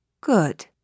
good